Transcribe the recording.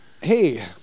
Hey